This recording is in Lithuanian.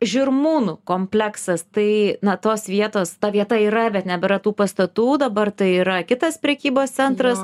žirmūnų kompleksas tai na tos vietos ta vieta yra bet nebėra tų pastatų dabar tai yra kitas prekybos centras